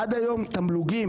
עד היום תמלוגים